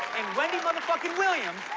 and wendy motherfucking williams,